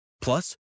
Plus